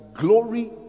glory